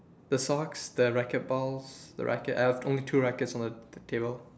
the socks the racket balls the racket I have only two rackets on the table